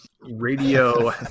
radio